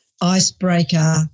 icebreaker